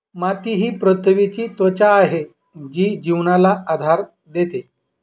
माती ही पृथ्वीची त्वचा आहे जी जीवनाला आधार देते